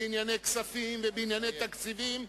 בענייני כספים ובענייני תקציבים,